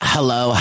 Hello